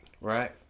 right